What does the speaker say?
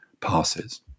passes